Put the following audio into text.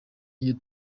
iyo